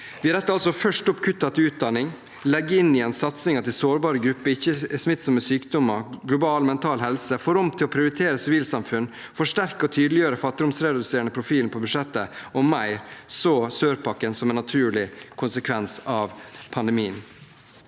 Vi retter altså først opp kuttene til utdanning, legger inn igjen satsingen til sårbare grupper, ikkesmittsomme sykdommer og global mental helse, og får rom til å prioritere sivilsamfunn, forsterke og tydeliggjøre den fattigdomsreduserende profilen på budsjettet m.m. – og så sørpakken som en naturlig konsekvens av pandemien.